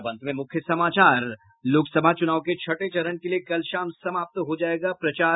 और अब अंत में मुख्य समाचार लोकसभा चुनाव के छठे चरण के लिए कल शाम समाप्त हो जायेगा प्रचार